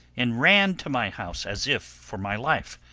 and ran to my house, as if for my life.